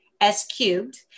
S-cubed